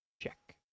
Check